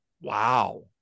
wow